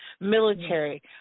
military